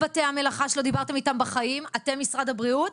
היום ה-4 ביולי 2022 למניינם, ה' בתמוז תשפ"ב,